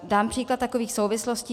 Dám příklad takových souvislostí.